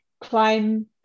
climb